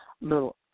little